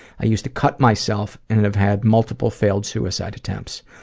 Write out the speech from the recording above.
i used to cut myself and have had multiple failed suicide attempts.